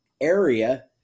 area